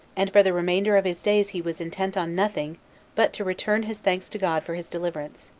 and for the remainder of his days he was intent on nothing but to return his thanks to god for his deliverance,